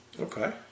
Okay